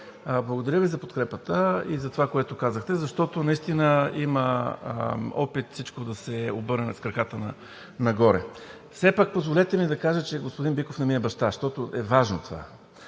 благодаря Ви за подкрепата и за това, което казахте, защото наистина има опит всичко да се обърне с краката нагоре. Все пак ми позволете да кажа, че господин Биков не ми е баща, защото е важно това